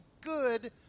good